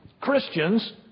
Christians